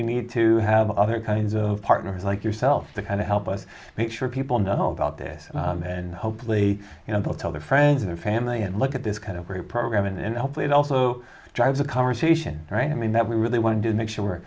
we need to have other kinds of partners like yourself to kind of help us make sure people know about this and hopefully you know they'll tell their friends or family and look at this kind of very program and hopefully it also drives a conversation right i mean that we really want to make sure